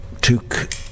took